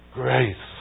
grace